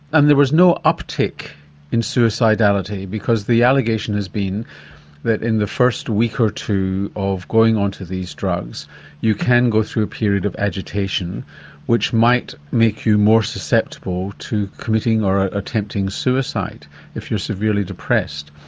and there was no uptake in suicidality? because the allegation has been that in the first week or two of going onto these drugs you can go through a period of agitation which might make you more susceptible to committing or ah attempting suicide if you're severely depressed.